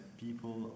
people